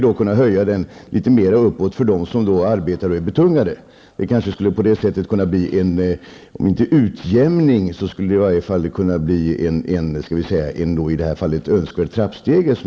Då kan vi höja den litet mer för dem som arbetar och är betungade. På det sättet skulle det kunna bli, om inte en utjämning så i alla fall, en i det här fallet önskvärd trappstege.